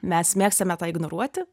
mes mėgstame tą ignoruoti